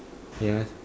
yes